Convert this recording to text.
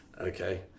okay